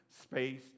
space